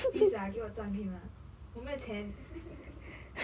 please ah 给我赚可以吗我没有钱